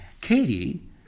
Katie